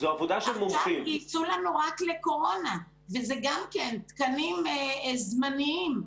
עכשיו גייסו לנו רק לקורונה וזה גם כן תקנים זמניים.